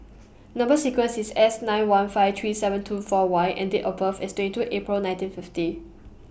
Number sequence IS S nine one five three seven two four Y and Date of birth IS twenty two April nineteen fifty